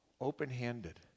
open-handed